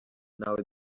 ntawe